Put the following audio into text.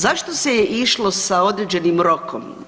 Zašto se je išlo sa određenim rokom?